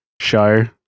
show